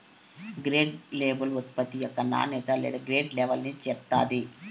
grade label ఉత్పత్తి యొక్క నాణ్యత లేదా గ్రేడ్ లెవల్ని చెప్తాది